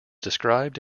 described